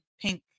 Pink